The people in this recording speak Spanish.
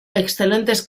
excelentes